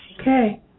Okay